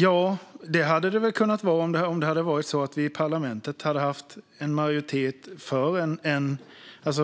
Ja, det hade det kunnat vara om det var så att vi i parlamentet hade en majoritet för